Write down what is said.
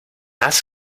has